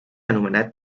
anomenat